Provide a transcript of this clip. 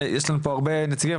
יש לנו פה הרבה מאוד נציגים.